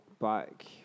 back